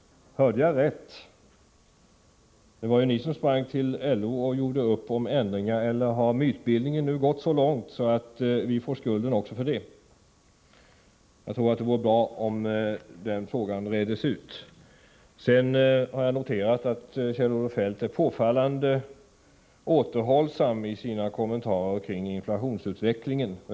Hörde jag rätt? Vad det inte ni som sprang till LO och gjorde upp om ändringar? Eller har mytbildningen nu gått så långt att vi får skulden också för det? Jag tror det vore bra om den frågan reddes ut. Jag har noterat att Kjell-Olof Feldt är påfallande återhållsam i sina kommentarer kring inflationsutvecklingen.